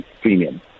premium